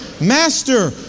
Master